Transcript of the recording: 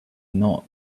not